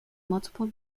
multiple